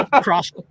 cross